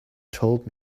told